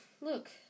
Look